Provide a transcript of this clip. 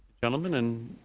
gentleman and